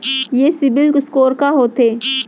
ये CIBIL score का होथे?